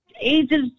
Ages